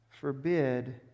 Forbid